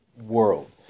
world